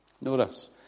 Notice